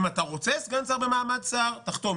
אם אתה רוצה סגן שר במעמד שר תחתום,